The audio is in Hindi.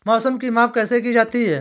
मौसम की माप कैसे की जाती है?